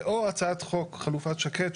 זה או הצעת חוק חלופת שקד,